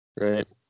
Right